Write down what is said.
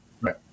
Right